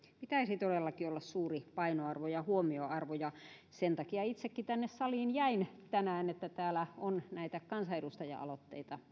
todellakin olla suuri painoarvo ja huomioarvo ja sen takia itsekin tänne saliin jäin tänään että täällä on näitä kansanedustaja aloitteita